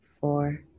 four